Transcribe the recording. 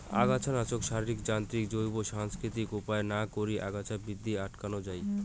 আগাছানাশক, শারীরিক, যান্ত্রিক, জৈব, সাংস্কৃতিক উপায়ত না করি আগাছা বৃদ্ধি আটকান যাই